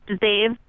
Dave